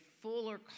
fuller